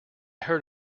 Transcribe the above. heard